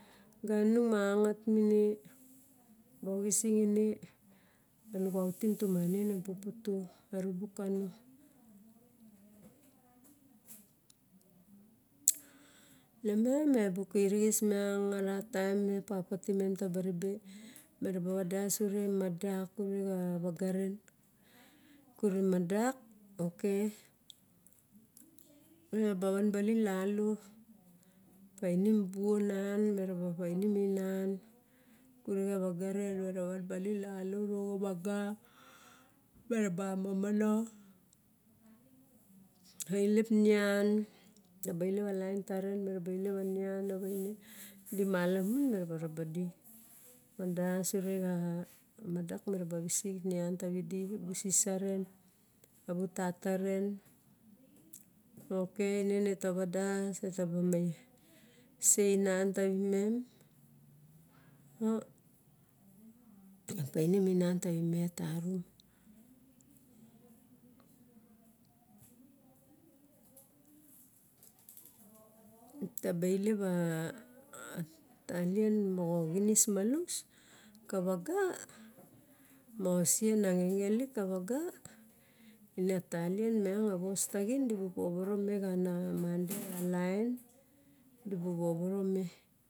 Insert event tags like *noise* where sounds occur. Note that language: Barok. Ganinung ma ngat mine to ingsing ine ta lukau tumangain e pupu to arubuk karo ne miang me bu kirixis miang ara taem e papa timem ta ba ribe, me raba vadas ure madak, ure xa vaga ren kure madak ok mira ba van balin lalo painim buo nan meraba painim inan kure xa vaga ren, meraba van balin lano uro xa vaga meraba momonong ailep nian taba *noise* ilep a lain taren miraba ilep a nian avaien di malamon meraba raba di. Van das ure xa madak mera ba visik man tavidi abu sisa nen abu tata ren. Ok ne ne ta vadas ne ta ba ma se inan tavimem *hesitation* painim iunan tavimet tarum *noise* ne taba ailep a talien moxa xinis malus ka vaga mo ngisien a ngenge lik ka vaga ine a talien miang a vas taxin me xa na di ba povoro me xa na mande xa *noise* laen di bu povoro me